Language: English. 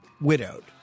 widowed